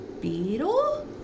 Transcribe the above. Beetle